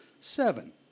seven